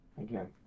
again